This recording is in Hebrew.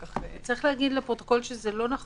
צריך להגיד לפרוטוקול, שיש דברים